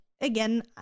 again